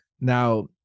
Now